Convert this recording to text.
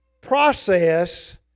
process